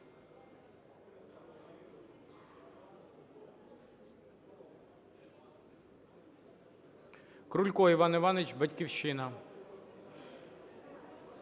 Крулько Іван Іванович, "Батьківщина".